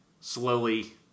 slowly